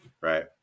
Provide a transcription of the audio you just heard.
Right